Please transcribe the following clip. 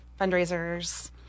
fundraisers